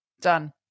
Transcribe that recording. Done